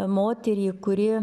moterį kuri